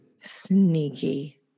Sneaky